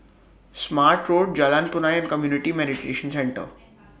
Smart Road Jalan Punai and Community Mediation Centre